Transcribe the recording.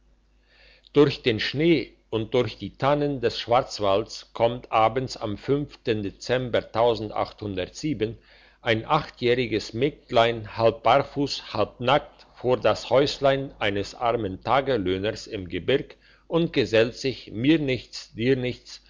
durch den schnee und durch die tannen des schwarzwalds kommt abends am dezember ein achtjähriges mägdlein halb barfuss halb nackt vor das häuslein eines armen taglöhners im gebirg und gesellt sich mir nichts dir nichts